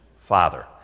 father